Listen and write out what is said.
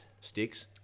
Sticks